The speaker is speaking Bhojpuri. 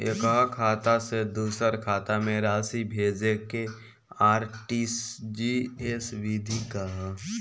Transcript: एकह खाता से दूसर खाता में राशि भेजेके आर.टी.जी.एस विधि का ह?